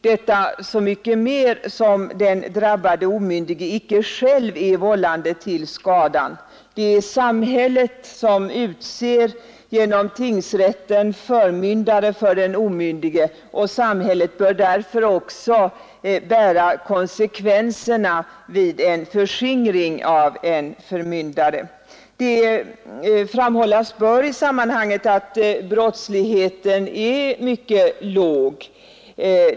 Detta så mycket mer som den drabbade omyndige icke själv är vållande till skadan. Samhället utser genom tingsrätten förmyndare för den omyndige, och samhället bör därför också bära konsekvenserna vid en förskingring som begås av en förmyndare. Framhållas bör i sammanhanget att brottsligheten på detta område är mycket låg.